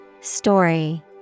Story